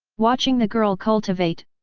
watching the girl cultivate,